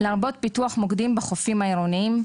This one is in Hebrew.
לרבות פיתוח מוקדים בחופים העירוניים,